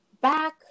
back